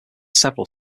several